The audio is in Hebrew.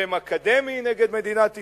חרם אקדמי נגד מדינת ישראל.